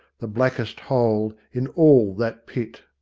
the blackest hole in all that pit.